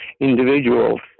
individuals